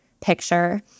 picture